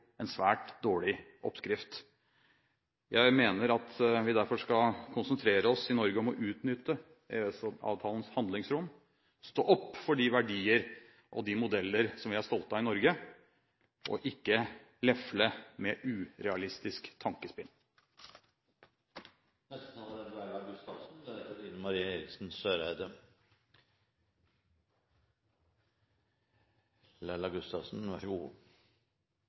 en svært dårlig oppskrift. Jeg mener at vi i Norge derfor bør konsentrere oss om å utnytte EØS-avtalens handlingsrom, stå opp for de verdier og de modeller som vi er stolte av i Norge, og ikke lefle med urealistisk